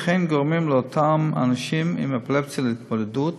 והם גורמים לאותם אנשים עם אפילפסיה להתמודדות,